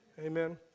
Amen